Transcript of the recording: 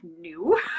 new